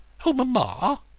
oh, mamma!